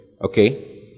Okay